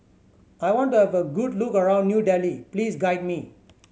I want to have a good look around New Delhi please guide me